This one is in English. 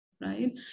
Right